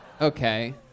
Okay